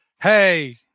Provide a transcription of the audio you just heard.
hey